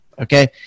okay